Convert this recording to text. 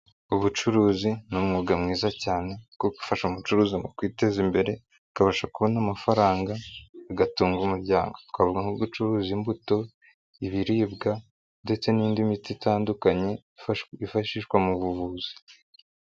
Ubucuruzi ni umwuga mwiza cyane wo gufasha umucuruzi mu kwiteza imbere, akabasha kubona amafaranga, agatunga umuryango, twavuga nko gucuruza imbuto, ibiribwa ndetse n'indi miti itandukanye yifashishwa mu buvuzi.